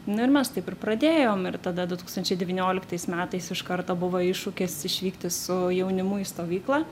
nu ir mes taip ir pradėjom ir tada du tūkstančiai devynioliktais metais iš karto buvo iššūkis išvykti su jaunimu į stovyklą